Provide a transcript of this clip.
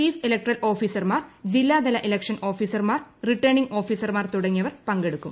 chief electoral ഓഫീസർമാർ ജില്ലാതല election ഓഫീസർമാർ റിട്ടേണിംഗ് ഓഫീസർമാർ തുടങ്ങിയവർ പങ്കെടുക്കും